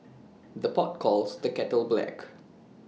the pot calls the kettle black